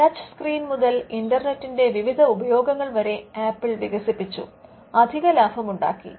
touch screen മുതൽ ഇന്റർനെറ്റിന്റെ വിവിധ ഉപയോഗങ്ങൾ വരെ ആപ്പിൾ വികസിപ്പിച്ചു അധിക ലാഭം ഉണ്ടാക്കി